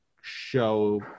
show